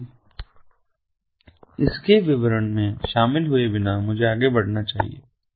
इसलिए इसके विवरण में शामिल हुए बिना मुझे आगे बढ़ना चाहिए